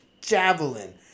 javelin